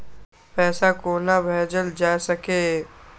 पैसा कोना भैजल जाय सके ये